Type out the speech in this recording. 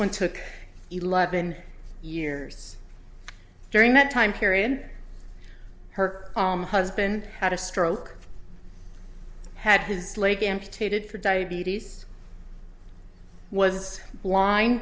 one took eleven years during that time period her husband had a stroke had his leg amputated for diabetes was blind